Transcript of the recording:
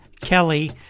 Kelly